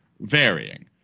varying